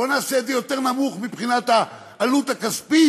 בואו נעשה את זה יותר נמוך מבחינת העלות הכספית,